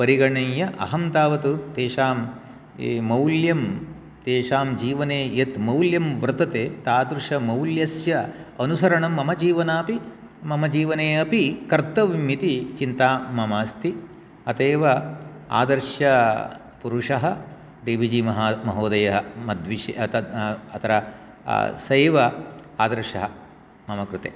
परिगणय्य अहं तावत् तेषां मौल्यं तेषां जीवने यत् मौल्यं वर्तते तादृशमौल्यस्य अनुसरणं मम जीवनापि मम जीवने अपि कर्तव्यम् इति चिन्ता मम अस्ति अत एव आदर्शपुरुषः डी वी जी महोदयः अत्र स एव आदर्शः मम कृते